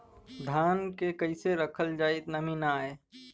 धान के कइसे रखल जाकि नमी न आए?